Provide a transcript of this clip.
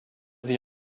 vit